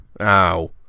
Ow